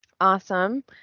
Awesome